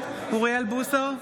אוריאל בוסו,